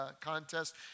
contest